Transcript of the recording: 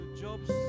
Job's